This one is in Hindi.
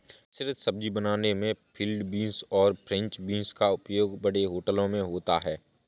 मिश्रित सब्जी बनाने में फील्ड बींस और फ्रेंच बींस का उपयोग बड़े होटलों में होता है